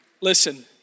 Listen